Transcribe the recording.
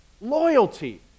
loyalty